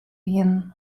wiene